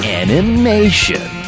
animation